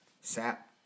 Sap